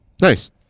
Nice